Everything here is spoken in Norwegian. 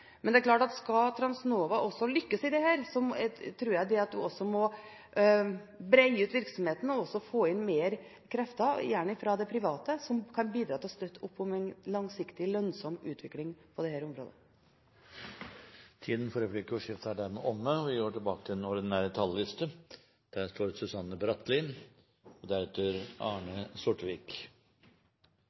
men det er klart at skal Transnova lykkes her, tror jeg at de også må breie ut virksomheten og få inn flere krefter, gjerne fra det private, som kan bidra til å støtte opp om en langsiktig, lønnsom utvikling på dette området. Replikkordskiftet er dermed omme. Jeg er saksordfører for en av de andre sakene vi behandler sammen med samferdselsbudsjettet i dag, nemlig representantforslaget fra stortingsrepresentantene Øyvind Halleraker, Ingjerd Schou, Lars Myraune, Bjørn Lødemel og